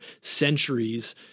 centuries